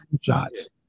shots